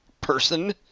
person